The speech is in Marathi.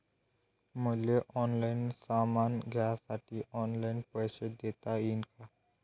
मले ऑनलाईन सामान घ्यासाठी ऑनलाईन पैसे देता येईन का?